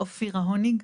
אופירה הוניג.